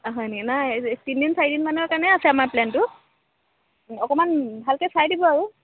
অ হয়নি নাই তিনিদিন চাৰিদিনমানৰ কাৰণে আছে আমাৰ প্লেনটো অকণমান ভালকৈ চাই দিব আৰু